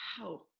Wow